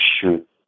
shoot